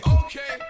okay